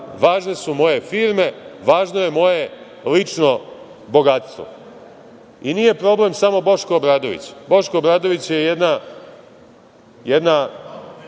važne su moje firme, važno je moje lično bogatstvo. Nije problem samo Boško Obradović. Boško Obradović je jedna